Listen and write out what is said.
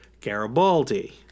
Garibaldi